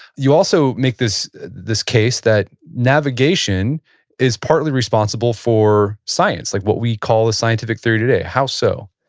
you also make this this case that navigation is partly responsible for science, like what we call the scientific theory today. how so?